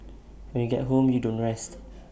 when you get home you don't rest